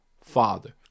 Father